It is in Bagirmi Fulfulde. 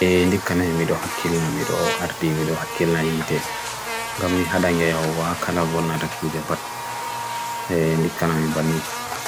ʻe ʻne ʻekan ʻai ʻmiro ʰakila ʻmiro ʻa ri ʻmiro ʰakila ʻi te ʻgammi ʻadang ʻia wakala ʻvon ʻadak bwujapad ʻe ʻne ʻekan ʻai ʻbanee